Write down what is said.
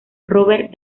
robert